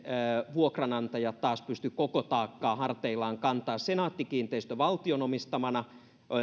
vuokranantajat taas pysty koko taakkaa harteillaan kantamaan senaatti kiinteistöt valtion omistamana